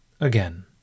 Again